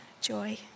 joy